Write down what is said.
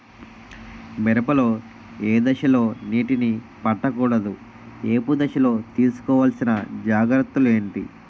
మిరప లో ఏ దశలో నీటినీ పట్టకూడదు? ఏపు దశలో తీసుకోవాల్సిన జాగ్రత్తలు ఏంటి?